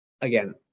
again